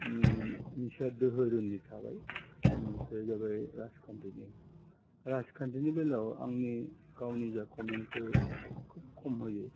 उम मोनसेआ धोहोरोमनि थाबाय आर मोनसेआ जाबाय राजखान्थिनि राजखान्थिनि बेलायाव आंनि गावनि जा कमेन्टखो खुब खम होयो